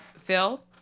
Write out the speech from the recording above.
Phil